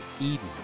Eden